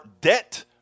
debt